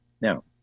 Now